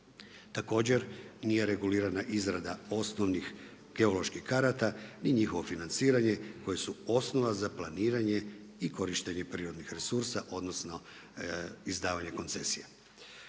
Također nije regulirana izrada osnovnih geoloških karata ni njihovo financiranje koje su osnova za planiranje i korištenje prirodnih resursa odnosno izdavanje koncesija.